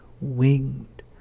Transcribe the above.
winged